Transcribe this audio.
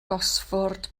gosford